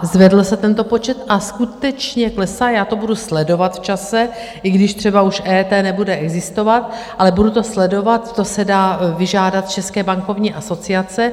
Zvedl se tento počet a skutečně klesá, já to budu sledovat v čase, i když třeba už EET nebude existovat, ale budu to sledovat, to se dá vyžádat u České bankovní asociace.